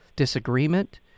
disagreement